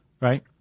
right